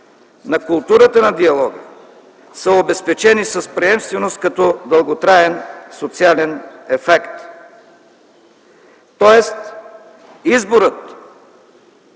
на културата на диалога, са обезпечени с приемственост като дълготраен социален ефект. Тоест изборът